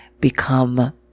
become